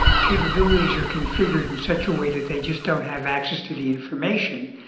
capabilities are configured in such a way that they just don't have access to the information,